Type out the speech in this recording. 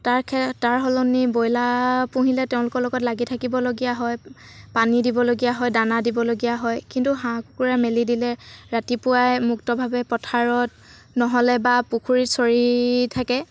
তাৰ তাৰ সলনি ব্ৰইলাৰ পুহিলে তেওঁলোকৰ লগত লাগি থাকিবলগীয়া হয় পানী দিবলগীয়া হয় দানা দিবলগীয়া হয় কিন্তু হাঁহ কুকুৰা মেলি দিলে ৰাতিপুৱাই মুক্তভাৱে পথাৰত নহ'লে বা পুখুৰীত চৰি থাকে